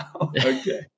okay